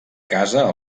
casa